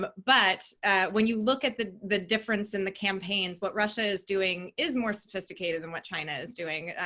but but when you look at the the difference in the campaigns, what russia is doing is more sophisticated than what china is doing.